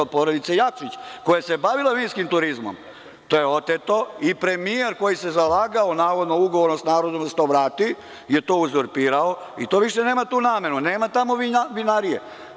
Od porodice Jakšić, koja se bavila vinskim turizmom, to je oteto i premijer koji se zalagao navodno da se to vrati je to uzurpirao i to više nema tu namenu, nema tamo vinarije.